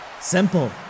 Simple